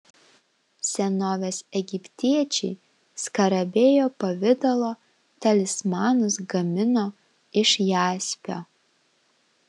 senovės egiptiečiai skarabėjo pavidalo talismanus gamino iš jaspio